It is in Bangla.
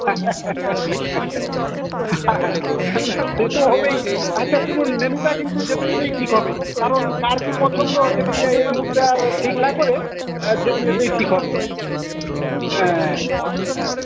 হ্যাঁ হ্যাঁ সে তো হবেই আচ্ছা শুনুন মেনুটা কিন্তু যেতে যেতেই ঠিক হবে কারণ কার কী পছন্দ সেটি এই এই মুহূর্তে আর ঠিক না করে যেতে যেতেই ঠিক হবে হ্যাঁ হ্যাঁ